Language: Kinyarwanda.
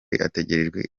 ategerejwe